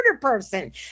person